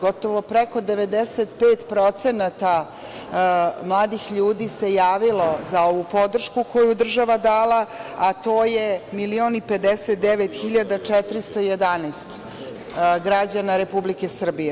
Gotovo preko 95% mladih ljudi se javilo za ovu podršku koju je država dala, a to je 1.059.411 građana Republike Srbije.